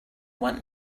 want